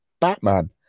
Batman